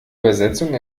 übersetzung